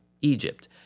Egypt